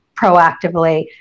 proactively